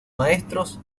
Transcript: maestros